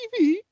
TV